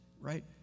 right